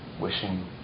wishing